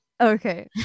Okay